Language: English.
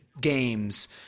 games